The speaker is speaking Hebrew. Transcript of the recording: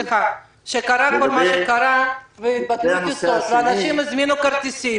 כשקרה כל מה שקרה והתבטלו טיסות ואנשים הזמינו כרטיסים